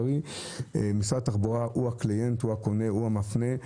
משרד התחבורה הוא הקליינט, הוא הקונה, הוא המפנה.